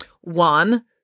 One